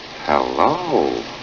hello